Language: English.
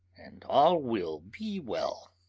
and all will be well!